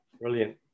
Brilliant